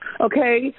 Okay